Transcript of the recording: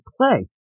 play